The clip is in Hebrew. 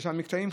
בשלושה מקטעים.